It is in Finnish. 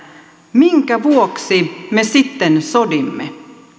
minkä vuoksi me sitten sodimme